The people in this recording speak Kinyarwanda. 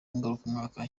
ngarukamwaka